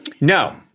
No